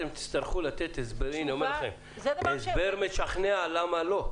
אתם תצטרכו לתת הסבר משכנע למה לא.